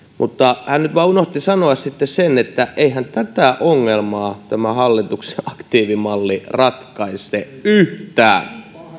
hän nyt vain unohti sanoa sitten sen että eihän tätä ongelmaa tämä hallituksen aktiivimalli ratkaise yhtään